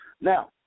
Now